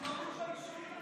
אנחנו גאים.